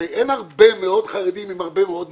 הרי אין הרבה מאוד חרדים עם הרבה מאוד ניסיון.